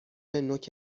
نوک